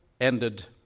ended